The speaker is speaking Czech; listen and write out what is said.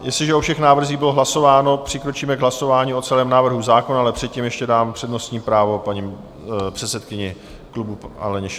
Jestliže o všech návrzích bylo hlasováno, přikročíme k hlasování o celém návrhu zákona, ale předtím ještě dám přednostní právo paní předsedkyni klubu Aleně Schillerové.